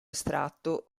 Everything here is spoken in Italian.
estratto